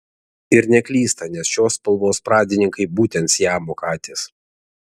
ir neklysta nes šios spalvos pradininkai būtent siamo katės